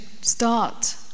start